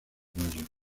mayo